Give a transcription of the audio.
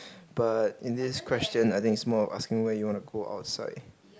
but in this question I think it's more of asking where you want to go outside